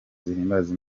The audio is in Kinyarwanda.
zihimbaza